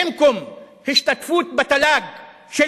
במקום השתתפות בתל"ג של